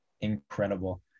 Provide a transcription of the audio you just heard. incredible